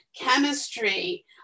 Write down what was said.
chemistry